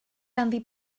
ganddi